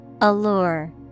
Allure